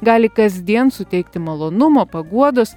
gali kasdien suteikti malonumo paguodos